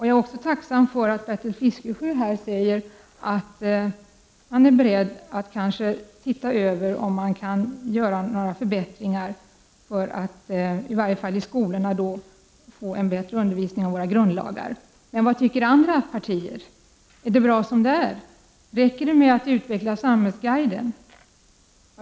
Jag är tacksam för att Bertil Fiskesjö här sade att han är beredd att överväga om man kan vidta åtgärder för att i skolorna få en bättre undervisning om våra grundlagar. Men vad tycker andra partier? Anser de att det är bra som det är? Räcker det med att utveckla Samhällsguiden?